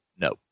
No